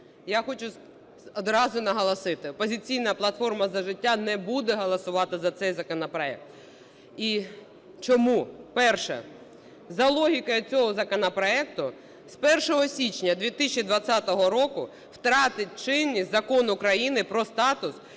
Я хочу одразу наголосити, "Опозиційна платформа - За життя" не буде голосувати за цей законопроект. І… Чому? Перше. За логікою цього законопроекту з 1 січня 2020 року втратить чинність Закон України "Про статус